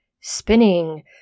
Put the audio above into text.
Spinning